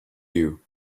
you